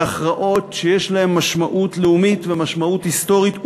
בהכרעות שיש להן משמעות לאומית ומשמעות היסטורית,